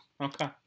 okay